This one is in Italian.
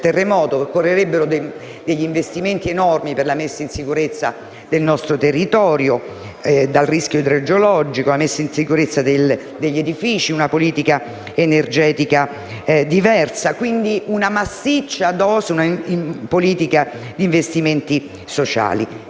terremoto: occorrerebbero degli investimenti enormi per la messa in sicurezza del nostro territorio dal rischio idrogeologico e la messa in sicurezza degli edifici. Serve una politica energetica diversa, quindi una massiccia dose di politiche di investimenti sociali.